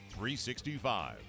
365